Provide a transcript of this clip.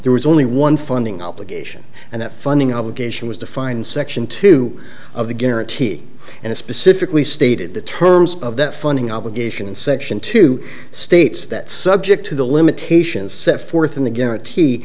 there was only one funding obligation and that funding obligation was defined section two of the guarantee and it specifically stated the terms of that funding obligation in section two states that subject to the limitations set forth in the guarantee